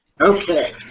Okay